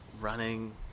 running